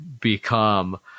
become